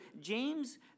James